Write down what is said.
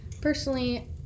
Personally